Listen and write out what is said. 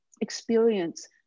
experience